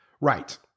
Right